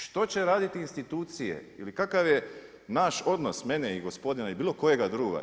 Što će raditi institucije ili kakav je naš odnos mene i gospodina ili bilo kojega drugoga.